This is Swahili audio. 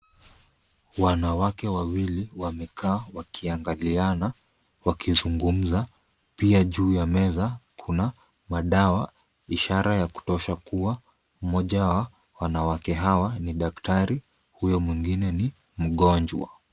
Wanawake wawili walikaa wakiangaliana wakizungumza pia juu ya meza na madawa ishara ya kutosha kuwa mmoja wao anawake hawa ni daktari na mwingine ni mgonjwa.